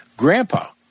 Grandpa